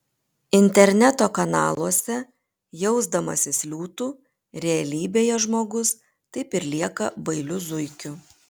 interneto kanaluose jausdamasis liūtu realybėje žmogus taip ir lieka bailiu zuikiu